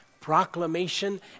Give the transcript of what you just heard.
Proclamation